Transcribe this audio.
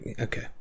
okay